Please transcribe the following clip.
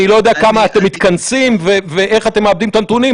אני לא יודע כמה אתם מתכנסים ואיך אתם מעבדים את הנתונים,